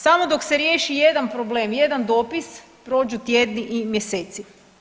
Samo dok se riješi jedan problem, jedan dopis prođu tjedni i mjeseci.